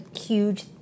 huge